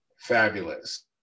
fabulous